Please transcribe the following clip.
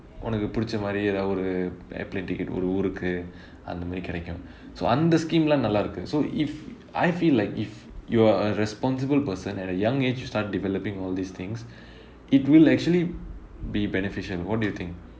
உனக்கு பிடிச்ச மாதிரி எதாவது ஒரு:unakku pidicha maathiri ethavathu oru aeroplane ticket ஒரு ஊருக்கு அந்த மாதிரி கிடைக்கும்:oru oorukku antha maathiri kidaikkum so அந்த:antha scheme லாம் நல்லாருக்கு:laam nallaarukku so if I feel like if you are a responsible person at a young age you start developing all these things it will actually be beneficial what do you think